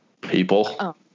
People